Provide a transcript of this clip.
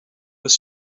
was